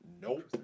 Nope